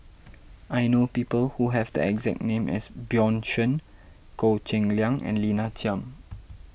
I know people who have the exact name as Bjorn Shen Goh Cheng Liang and Lina Chiam